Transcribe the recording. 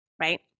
right